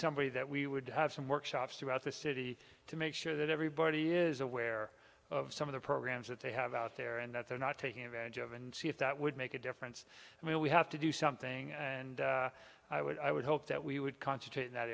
somebody that we would have some workshops throughout the city to make sure that everybody is aware of some of the programs that they have out there and that they're not taking advantage of and see if that would make a difference i mean we have to do something and i would i would hope that we would concentrate in that